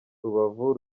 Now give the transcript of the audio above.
rubavu